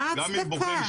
מה ההצדקה?